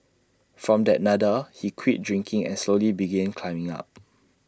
from that Nadir he quit drinking and slowly began climbing up